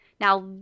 now